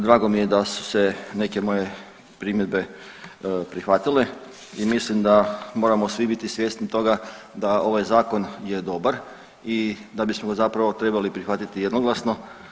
Drago mi je da su se neke moje primjedbe prihvatile i mislim da moramo svi biti svjesni toga da ovaj Zakon je dobar i da bismo ga zapravo trebali prihvatiti jednoglasno.